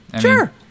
Sure